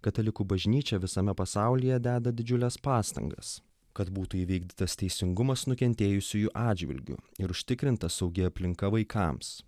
katalikų bažnyčia visame pasaulyje deda didžiules pastangas kad būtų įvykdytas teisingumas nukentėjusiųjų atžvilgiu ir užtikrinta saugi aplinka vaikams